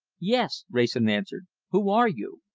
yes! wrayson answered. who are you?